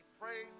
pray